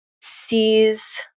sees